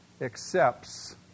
accepts